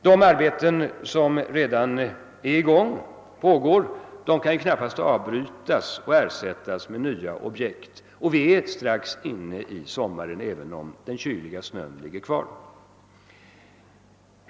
De arbeten, som redan pågår, kan knappast avbrytas och ersättas med nya objekt, och vi är snart inne i sommaren, även om den kyliga snön alltjämt ligger kvar.